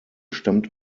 stammt